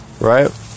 right